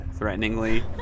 Threateningly